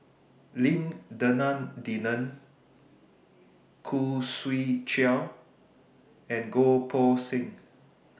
Lim Denan Denon Khoo Swee Chiow and Goh Poh Seng